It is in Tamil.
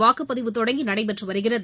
வாக்குப்பதிவுத் தொடங்கி நடைபெற்று வருகிறது